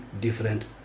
different